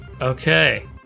Okay